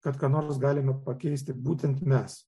kad ką nors galime pakeisti būtent mes